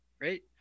Right